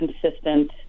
consistent